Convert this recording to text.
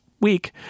week